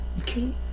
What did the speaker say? Okay